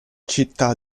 città